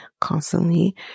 constantly